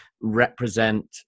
represent